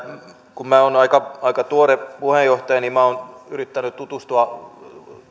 kun minä olen aika aika tuore puheenjohtaja niin olen yrittänyt tutustua